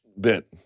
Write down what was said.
bit